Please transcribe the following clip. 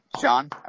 Sean